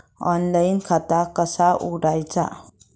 Online खाता कसा उघडायचा?